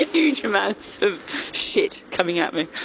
ah huge amounts of shit coming at me.